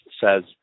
says